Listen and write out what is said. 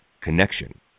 connection